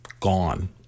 gone